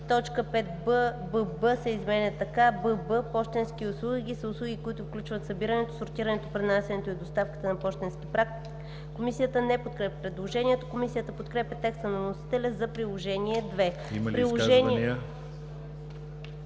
Има ли изказвания?